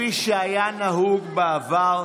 כפי שהיה נהוג בעבר,